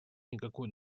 никакой